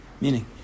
Meaning